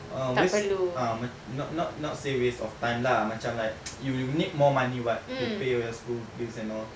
um waste uh not not not say waste of time lah macam like you you need more money what to pay you school bills and all